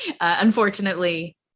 unfortunately